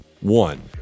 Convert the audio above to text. One